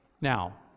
Now